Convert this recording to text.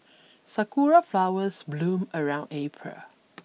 sakura flowers bloom around April